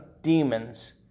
demons